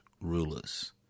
rulers